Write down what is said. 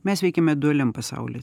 mes veikiame dualiam pasaulyje